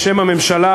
אובססיה, ה"מרמרה".